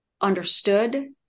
understood